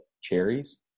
cherries